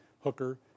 Hooker